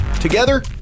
Together